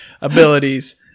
abilities